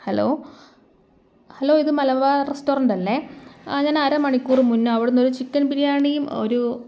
hello hello ഇത് മലബാർ റസ്റ്റോറൻറ്റല്ലേ ഞാൻ അര മണിക്കൂർ മുന്നേ അവിടുന്ന് ഒരു ചിക്കൻ ബിരിയാണിയും ഒരു